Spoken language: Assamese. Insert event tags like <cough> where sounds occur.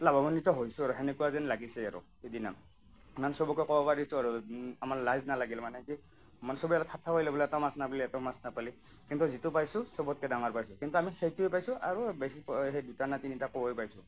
লাভাম্বিত হৈছোঁ আৰু সেনেকুৱা যেন লাগিছে আৰু সিদিনা মানে সবকে ক'ব পাৰিছোঁ আৰু আমাৰ লাজ নালাগিল মানে কি মানে সবে আৰু ঠাট্টা কৰিলে বোলে এটাও মাছ নাপালি এটাও মাছ নাপালি কিন্তু যিটো পাইছোঁ সবতকৈ ডাঙৰ পাইছোঁ কিন্তু আমি সেইটোৱেই পাইছোঁ আৰু বেছি পোৱা সেই দুটা নে তিনিটা <unintelligible> পাইছোঁ